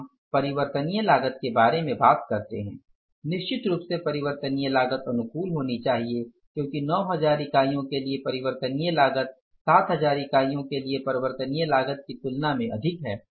अब हम परिवर्तनीय लागत के बारे में बात करते हैं निश्चित रूप से परिवर्तनीय लागत अनुकूल होनी चाहिए क्योंकि 9000 इकाइयों के लिए परिवर्तनीय लागत 7000 इकाइयों के लिए परिवर्तनीय लागत की तुलना में अधिक है